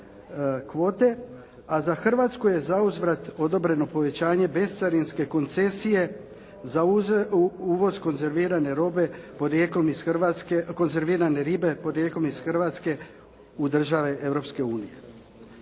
a za Hrvatsku je zauzvrat odobreno povećanje bescarinske koncesije za uvoz konzervirane ribe porijeklom iz Hrvatske u države